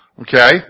Okay